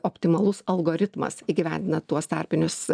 optimalus algoritmas įgyvendina tuos tarpinius